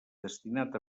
destinat